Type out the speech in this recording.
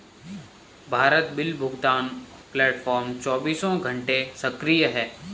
Bharat bill भुगतान platform चौबीसों घंटे सक्रिय है